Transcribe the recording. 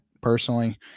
personally